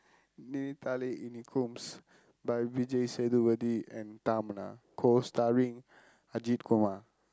Ninaithale Inikkum by Vijay Sethupathi and Tamannaah co-starring Ajith Kumar